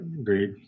agreed